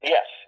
Yes